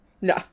No